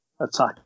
attack